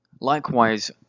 Likewise